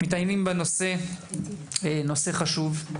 מתעניינים בנושא החשוב הזה.